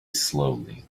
slowly